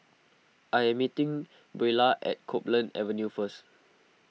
I am meeting Buelah at Copeland Avenue first